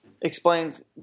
explains